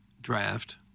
draft